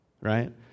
right